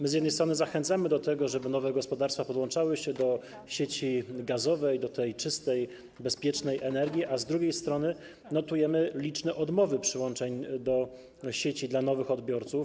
My z jednej strony zachęcamy do tego, żeby nowe gospodarstwa podłączały się do sieci gazowej, do tej czystej, bezpiecznej energii, a z drugiej strony notujemy liczne odmowy przyłączeń do sieci dla nowych odbiorców.